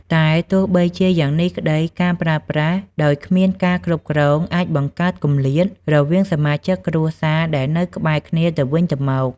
តែទោះបីជាយ៉ាងនេះក្ដី ការប្រើប្រាស់ដោយគ្មានការគ្រប់គ្រងអាច បង្កើតគម្លាត រវាងសមាជិកគ្រួសារដែលនៅក្បែរគ្នាទៅវិញទៅមក។